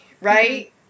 right